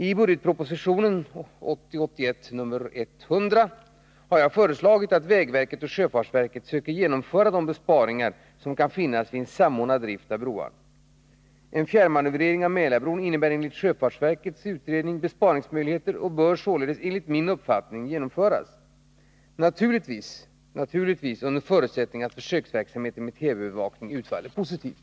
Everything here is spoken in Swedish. I budgetpropositionen 1980/81:100 har jag föreslagit att vägverket och sjöfartsverket söker genomföra de besparingsåtgärder som kan finnas vid samordnad drift av broar. En fjärrmanövrering av Mälarbron innebär enligt sjöfartsverkets utredning besparingsmöjligheter och bör således enligt min uppfattning genomföras, naturligtvis under förutsättning att försöksverksamheten med TV-övervakning utfaller positivt.